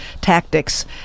tactics